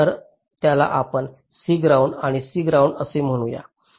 तर त्याला आपण C ग्राउंड आणि C ग्राऊंड असे म्हणू या